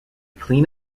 clean